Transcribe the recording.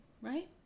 right